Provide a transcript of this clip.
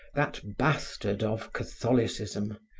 that bastard of catholicism,